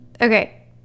okay